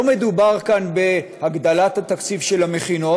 לא מדובר כאן בהגדלת התקציב של המכינות,